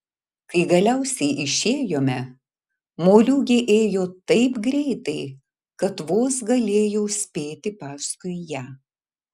kai galiausiai išėjome moliūgė ėjo taip greitai kad vos galėjau spėti paskui ją